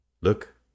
Look